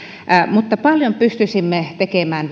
mutta vielä paljon enemmän pystyisimme tekemään